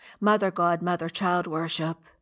Mother-God-Mother-Child-Worship